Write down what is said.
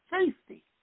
safety